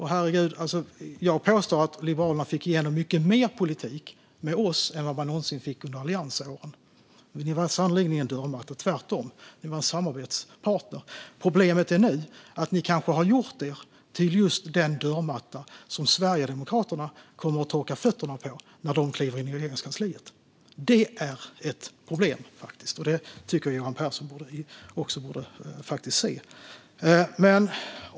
Herregud, jag påstår att Liberalerna fick igenom mycket mer politik med oss än man någonsin fick under alliansåren. Ni var sannerligen ingen dörrmatta, tvärtom. Ni var en samarbetspartner. Problemet nu är att ni kanske har gjort er till den dörrmatta som Sverigedemokraterna kommer att torka fötterna på när de kliver in i Regeringskansliet. Det är ett problem, och det tycker jag att också Johan Pehrson borde se.